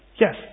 Yes